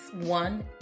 One